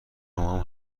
مامان